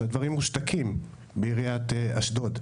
שהדברים מושתקים בעיריית אשדוד.